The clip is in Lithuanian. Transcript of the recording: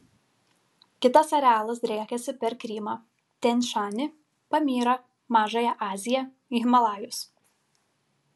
kitas arealas driekiasi per krymą tian šanį pamyrą mažąją aziją himalajus